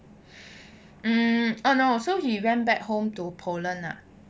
um oh no so he went back home to poland ah